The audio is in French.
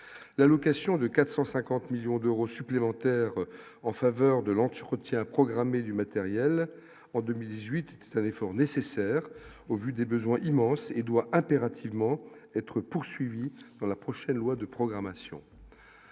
la location de 450 millions d'euros supplémentaires en faveur de l'entretien programmé du matériel en 2018 mois l'effort nécessaire au vu des besoins immenses et doit impérativement être poursuivi dans la prochaine loi de programmation.